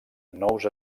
nous